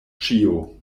ĉio